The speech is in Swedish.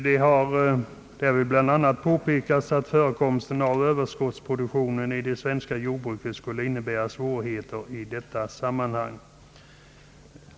Det har därvid bl.a. påpekats att förekomsten av överskottsproduktionen i det svenska jordbruket skulle innebära svårigheter i detta sammanhang.